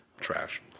Trash